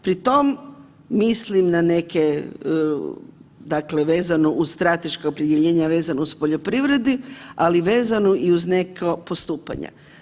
Pri tom mislim na neke, dakle vezano uz strateška opredjeljenja vezano uz poljoprivredu, ali vezano i uz neka postupanja.